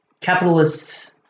capitalist